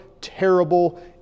terrible